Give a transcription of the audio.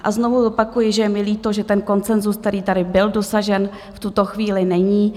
A znovu opakuji, že je mi líto, že konsenzus, který tady byl dosažen, v tuto chvíli není.